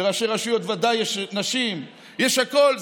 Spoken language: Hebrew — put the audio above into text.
בין ראשי רשויות ודאי יש נשים, יש הכול.